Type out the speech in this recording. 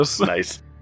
Nice